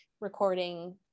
recording